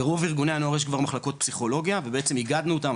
ברוב ארגוני הנוער יש כבר מחלקות פסיכולוגיה ובעצם אגדנו אותם,